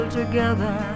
together